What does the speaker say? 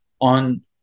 on